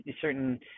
certain